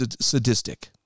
sadistic